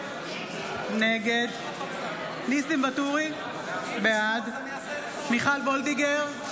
נגד ניסים ואטורי, בעד מיכל מרים וולדיגר,